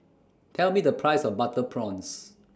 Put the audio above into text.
Tell Me The Price of Butter Prawns